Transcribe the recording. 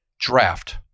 draft